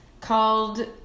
Called